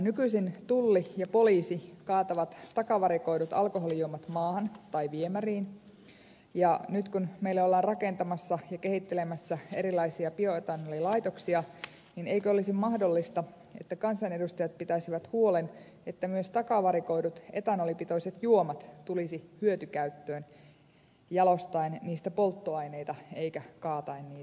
nykyisin tulli ja poliisi kaatavat takavarikoidut alkoholijuomat maahan tai viemäriin ja nyt kun meille ollaan rakentamassa ja kehittelemässä erilaisia bioetanolilaitoksia niin eikö olisi mahdollista että kansanedustajat pitäisivät huolen siitä että myös takavarikoidut etanolipitoiset juomat tulisivat hyötykäyttöön ja että niistä jalostettaisiin polttoaineita eikä kaadettaisi niitä viemäriin